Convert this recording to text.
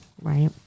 Right